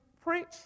preach